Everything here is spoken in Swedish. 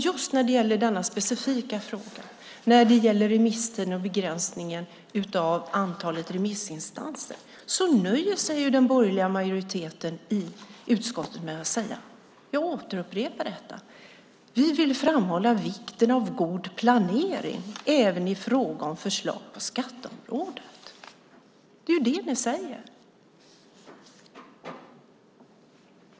Just när det gäller denna specifika fråga, remisstiden och begränsningen av antalet remissinstanser, nöjer sig den borgerliga majoriteten i utskottet med att säga, och jag upprepar det: Vi vill framhålla vikten av god planering även i fråga om förslag på skatteområdet. Det är det ni säger.